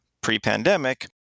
pre-pandemic